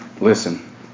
Listen